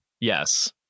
yes